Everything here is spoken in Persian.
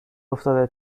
افتاده